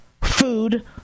food